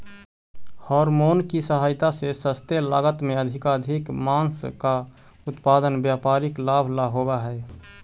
hormone की सहायता से सस्ते लागत में अधिकाधिक माँस का उत्पादन व्यापारिक लाभ ला होवअ हई